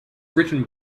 written